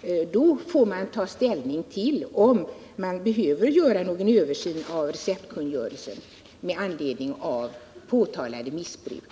underlag får vi ta ställning till om det behövs någon översyn av receptkungörelsen med anledning av påtalat missbruk.